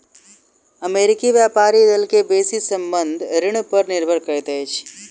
अमेरिकी व्यापारी दल के बेसी संबंद्ध ऋण पर निर्भर करैत अछि